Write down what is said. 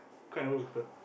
quite a number of people